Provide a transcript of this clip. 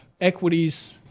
equities